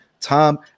Tom